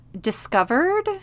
discovered